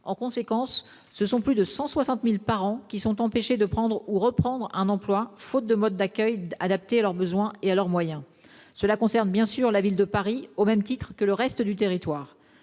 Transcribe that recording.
En conséquence, ce sont plus de 160 000 parents qui sont empêchés de prendre ou de reprendre un emploi, faute de mode d'accueil adapté à leurs besoins et à leurs moyens. Cela concerne bien sûr la ville de Paris, au même titre que le reste du territoire.